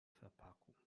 verpackung